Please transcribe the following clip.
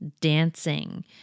dancing